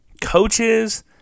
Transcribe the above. coaches